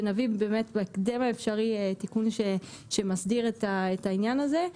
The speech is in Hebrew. שאנחנו נביא בהקדם האפשרי את התיקון שמסדיר את העניין הזה,